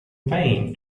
vain